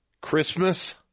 Christmas